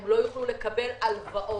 הם לא יוכלו לקבל הלוואות,